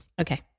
Okay